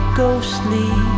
ghostly